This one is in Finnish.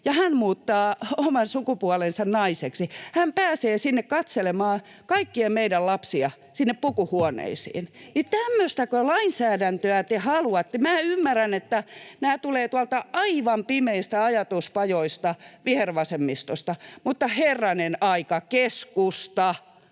hän muuttaa oman sukupuolensa naiseksi. Hän pääsee katselemaan kaikkien meidän lapsia sinne pukuhuoneisiin. Tämmöistäkö lainsäädäntöä te haluatte? Minä ymmärrän, että nämä tulevat tuolta aivan pimeistä ajatuspajoista vihervasemmistosta, mutta herranen aika, keskusta